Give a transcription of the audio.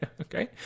okay